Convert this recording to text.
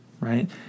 Right